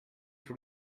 for